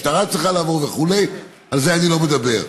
משטרה צריכה לעבור וכו'; על זה אני לא מדבר.